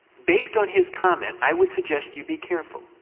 based on his comment i would suggest you be careful,